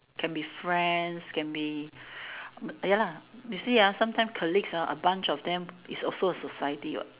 can be friends can be ya lah you see ah sometime colleagues ah a bunch of them is also a society what